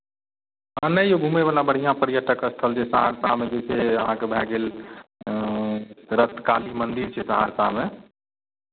आउ ने यौ घुमयवला बढ़िआँ पर्यटक स्थल जे सहरसामे जे छै अहाँकेँ भए गेल रक्त काली मन्दिर छै सहरसामे